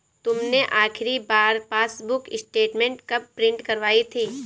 तुमने आखिरी बार पासबुक स्टेटमेंट कब प्रिन्ट करवाई थी?